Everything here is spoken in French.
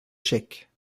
chèques